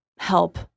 help